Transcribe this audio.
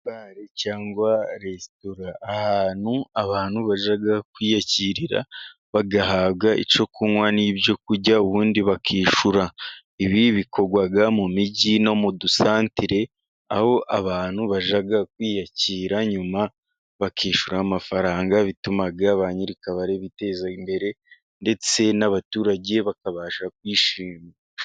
Bare cyangwa resitora ,ahantu abantu bajya kwiyakirira bagahabwa icyo kunywa n'ibyo kurya ubundi bakishyura. Ibi bikorwa mu mijyi no mu dusantere, aho abantu bajya kwiyakira nyuma bakishyura amafaranga. Bituma ba nyiri akabare biteza imbere ndetse n'abaturage bakabasha kwishima.